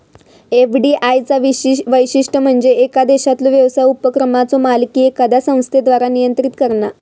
FDI चा वैशिष्ट्य म्हणजे येका देशातलो व्यवसाय उपक्रमाचो मालकी एखाद्या संस्थेद्वारा नियंत्रित करणा